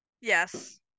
Yes